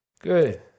Good